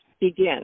begin